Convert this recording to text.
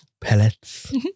Pellets